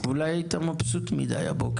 איך הוא קשור לדיון?